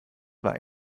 war